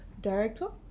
director